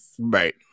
Right